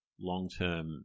long-term